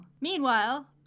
Meanwhile